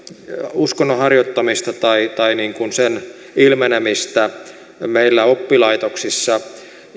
uskonnon harjoittamista tai tai sen ilmenemistä meillä oppilaitoksissa